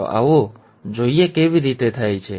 તો આવો જોઇએ કેવી રીતે થાય છે